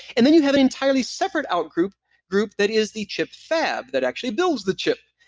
and then you have an entirely separate out group group that is the chip fab that actually builds the chip.